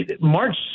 March